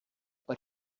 but